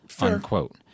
Unquote